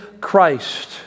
Christ